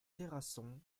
terrasson